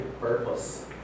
purpose